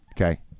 okay